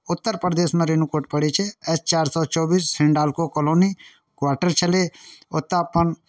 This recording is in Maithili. उत्तर प्रदेशमे रेणुकूट पड़ै छै एच चारि सए चौबीस हिण्डालको कोलोनी क्वार्टर छलै ओतय अपन